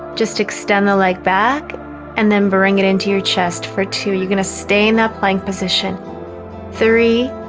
just extend the leg back and then bring it into your chest for two you're gonna stay in that plank position three